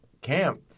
camp